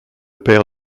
père